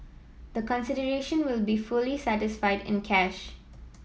the consideration will be fully satisfied in cash